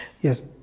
Yes